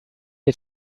ihr